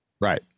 right